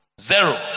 Zero